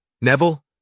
Neville